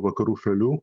vakarų šalių